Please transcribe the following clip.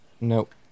Nope